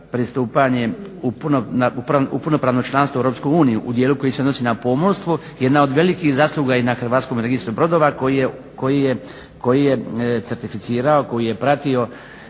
pristupanje u punopravno članstvo u Europsku uniju u dijelu koje si se odnosi na pomorstvo, jedna od velikih zasluga je na hrvatskom registru brojeva koji je certificirao, koji je pratio